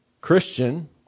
Christian